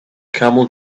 camel